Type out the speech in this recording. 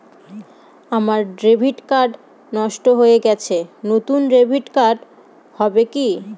আমার debit card নষ্ট হয়ে গেছে নূতন ডেবিট কার্ড হবে কি?